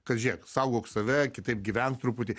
kad žiūrėk saugok save kitaip gyvenk truputį